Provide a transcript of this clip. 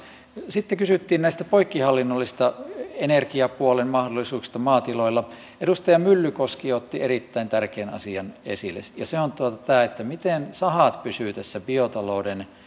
sitten kysyttiin näistä poikkihallinnollisista energiapuolen mahdollisuuksista maatiloilla edustaja myllykoski otti erittäin tärkeän asian esille ja se on tämä että miten sahat pysyvät tässä biotalouden